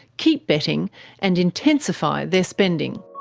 keep betting and intensify their spending.